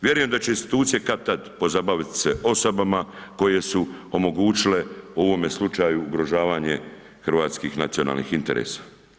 Vjerujem da će institucije kad-tad pozabaviti se osobama koje su omogućile u ovome slučaju ugrožavanje hrvatskih nacionalnih interesa.